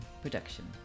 production